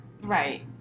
right